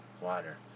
Water